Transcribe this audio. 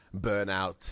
burnout